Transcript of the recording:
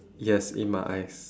yes in my eyes